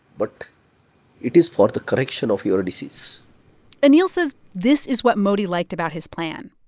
but it is for the correction of your disease anil says this is what modi liked about his plan.